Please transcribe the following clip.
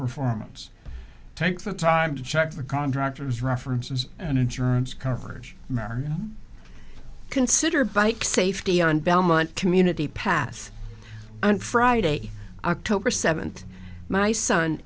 performance take the time to check the contractor's references and insurance coverage america consider bike safety on belmont community pass on friday october seventh my son